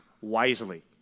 wisely